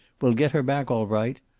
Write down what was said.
we'll get her back, all right.